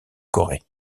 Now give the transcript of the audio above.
corée